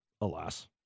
alas